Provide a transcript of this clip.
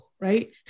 Right